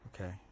Okay